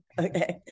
okay